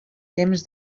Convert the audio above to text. temps